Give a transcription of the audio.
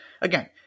again